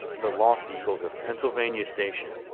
the lost eagles of pennsylvania station.